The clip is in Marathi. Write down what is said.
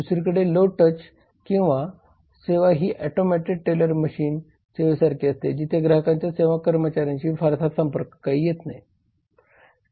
दुसरीकडे लोव टच सेवा ही ऑटोमॅटेड टेलर मशीन सेवेसारखी असते जिथे ग्राहकांचा सेवा कर्मचाऱ्यांशी फारसा संपर्क येत नाही